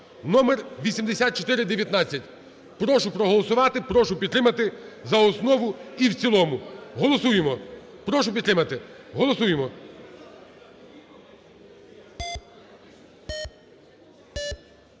(№ 8419). Прошу проголосувати, прошу підтримати за основу і в цілому. Голосуємо. Прошу підтримати, голосуємо.